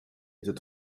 heeft